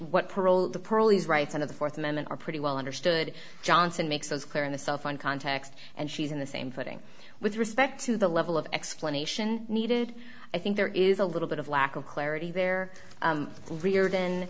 of the th amendment are pretty well understood johnson makes those clear in the cellphone context and she's in the same footing with respect to the level of explanation needed i think there is a little bit of lack of clarity there reardon